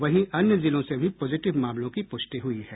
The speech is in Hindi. वहीं अन्य जिलों से भी पॉजिटिव मामलों की प्रष्टि हुई है